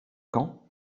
quand